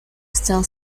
still